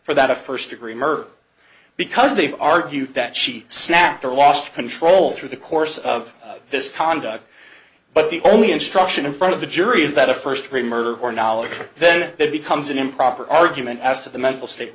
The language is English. for that a first degree murder because they argue that she snapped or lost control through the course of this conduct but the only instruction in front of the jury is that a first rate murder or knowledge then it becomes an improper argument as to the mental state